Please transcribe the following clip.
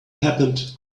happened